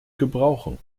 gebrauchen